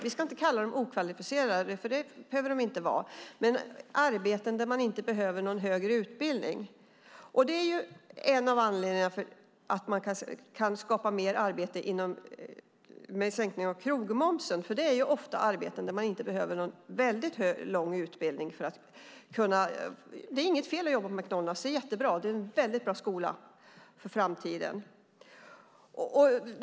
Vi ska inte kalla dem okvalificerade, för det behöver de inte vara, men det är arbeten där man inte behöver någon högre utbildning. Det är en av anledningarna till att man kan skapa fler arbeten genom en sänkning av krogmomsen. Det är nämligen ofta arbeten där man inte behöver väldigt lång utbildning. Det är inget fel att jobba på McDonalds; det är jättebra. Det är en väldigt bra skola för framtiden.